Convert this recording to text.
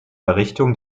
errichtung